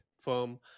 firm